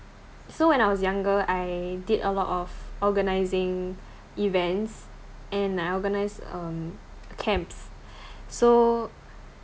so when I was younger I did a lot of organising events and I organised um camps so